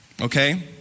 Okay